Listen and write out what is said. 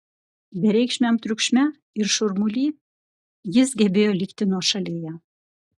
bereikšmiam triukšme ir šurmuly jis gebėjo likti nuošalėje